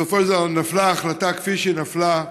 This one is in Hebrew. בסופו של דבר נפלה ההחלטה כפי שנפלה,